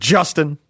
Justin